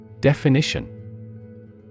Definition